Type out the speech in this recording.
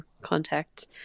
contact